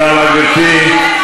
לא ניסינו להקשיב,